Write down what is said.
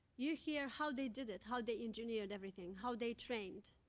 you hear how they did it, how they engineered everything, how they trained.